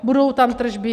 Budou tam tržby?